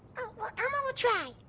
oh elmo will try.